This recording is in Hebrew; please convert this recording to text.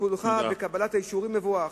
"טיפולך בקבלת האישורים מבורך".